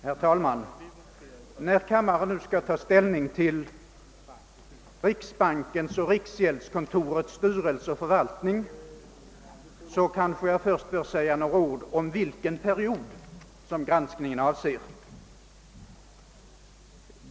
Herr talman! När kammarens ledamöter nu skall ta ställning till riksbankens och riksgäldskontorets styrelse och förvaltning kanske jag först bör säga några ord om vilken period granskningen avser.